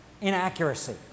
inaccuracy